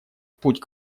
путь